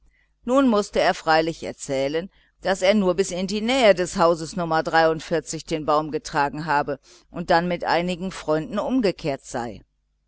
nun mußte er freilich erzählen daß er nur bis in die nähe des hauses nr den baum getragen und dann mit einigen freunden umgekehrt sei